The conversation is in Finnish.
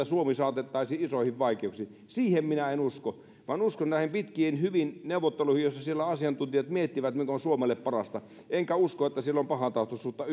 suomi saatettaisiin isoihin vaikeuksiin siihen minä en usko vaan uskon näihin pitkiin hyviin neuvotteluihin joissa siellä asiantuntijat miettivät mikä on suomelle parasta enkä usko että siellä on pahantahtoisuutta